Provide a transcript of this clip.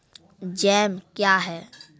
Jam क्या हैं?